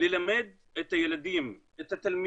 ללמד את התלמידים